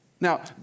Now